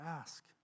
ask